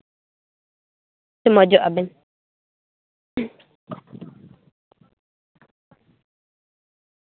ᱢᱚᱡᱚᱜ ᱟᱵᱮᱱ